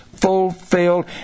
fulfilled